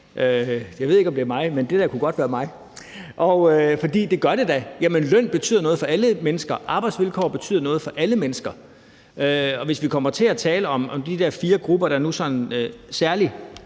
Jeg ved ikke, om det var mig, der sagde det, men det der kunne godt have været mig. For det gør de da. Løn betyder noget for alle mennesker, og arbejdsvilkår betyder noget for alle mennesker. Hvis vi kommer til at tale om de der fire grupper – og måske bliver